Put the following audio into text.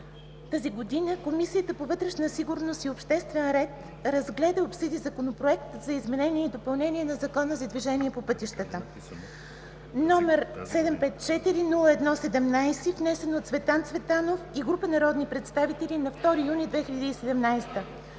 2017 г., Комисията по вътрешна сигурност и обществен ред разгледа и обсъди Законопроект за изменение и допълнение на Закона за движение по пътищата, № 754-01-17, внесен от Цветан Цветанов и група народни представители на 2 юни 2017 г.